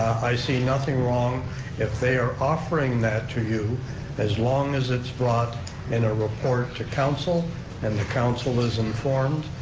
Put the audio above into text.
i see nothing wrong if they are offering that to you as long as it's brought in a report to council and the council is informed,